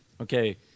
okay